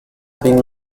been